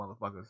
motherfuckers